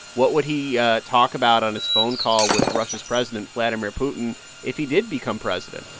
what would he talk about on his phone call with russia's president vladimir putin if he did become president?